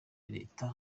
leta